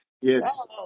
Yes